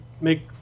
make